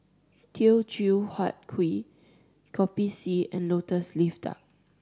Teochew Huat Kuih Kopi C and Lotus Leaf Duck